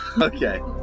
Okay